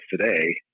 today